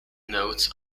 notes